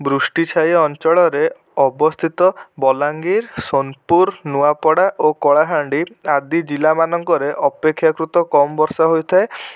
ବୃଷ୍ଟିଛାୟା ଅଞ୍ଚଳରେ ଅବସ୍ଥିତ ବଲାଙ୍ଗୀର ସୋନପୁର ନୂଆପଡ଼ା ଓ କଳାହାଣ୍ଡି ଆଦି ଜିଲ୍ଲାମାନଙ୍କରେ ଅପେକ୍ଷାକୃତ କମ୍ ବର୍ଷା ହୋଇଥାଏ